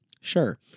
Sure